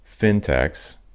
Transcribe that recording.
fintechs